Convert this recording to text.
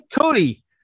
Cody